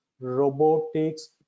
robotics